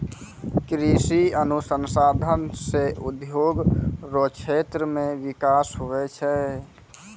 कृषि अनुसंधान से उद्योग रो क्षेत्र मे बिकास हुवै छै